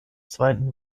zweiten